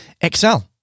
excel